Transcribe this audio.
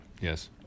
Yes